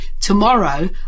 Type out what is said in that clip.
Tomorrow